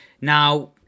Now